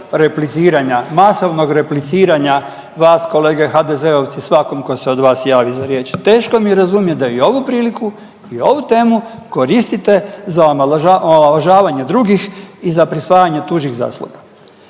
repliciranja, masovnog repliciranja vas kolege HDZ-ovci svakom tko se od vas javi za riječ. Teško mi je razumjeti da i ovu priliku i ovu temu koristite za omalovažavanje drugih i za prisvajanje tuđih zasluga.